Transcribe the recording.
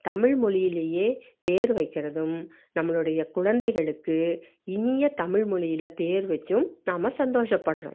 தமிழ் மொழியிலேயே பேர் வைக்கிறதும் நம்மளுடைய குழந்தைகளுக்கு இனிய தமிழ் மொழியில் பேர் வைச்சும் நாம் சந்தோஷப்படுறோம்